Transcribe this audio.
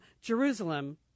Jerusalem